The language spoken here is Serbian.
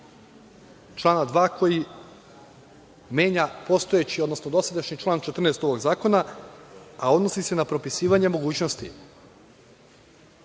člana 2. koji menja postojeći, odnosno dosadašnji član 14. postojećeg zakona, a odnosi se na propisivanje mogućnosti